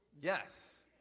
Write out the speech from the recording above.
Yes